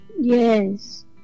Yes